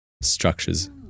structures